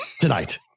tonight